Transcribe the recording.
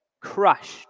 crushed